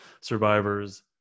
survivors